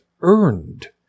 earned